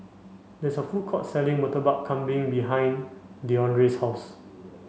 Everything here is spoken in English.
there is a food court selling Murtabak Kambing behind Deandre's house